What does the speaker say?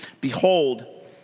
behold